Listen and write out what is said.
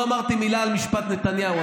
לא אמרתי מילה על משפט נתניהו.